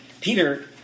Peter